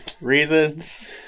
reasons